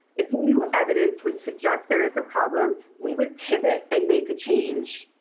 if new evidence would suggest there is a problem, we would pivot and make a change.